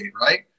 right